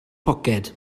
poced